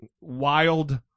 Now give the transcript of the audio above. wild